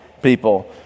people